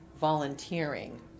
volunteering